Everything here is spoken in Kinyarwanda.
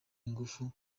ingufu